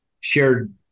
shared